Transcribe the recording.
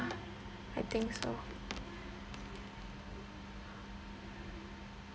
I think so